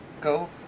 go